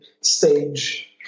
stage